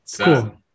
Cool